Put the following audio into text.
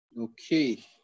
Okay